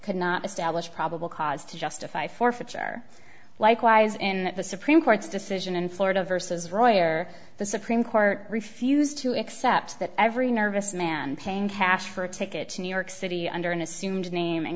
could not establish probable cause to justify forfeiture likewise in the supreme court's decision in florida versus royer the supreme court refused to accept that every nervous man paying cash for a ticket to new york city under an assumed name and